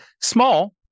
small